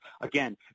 Again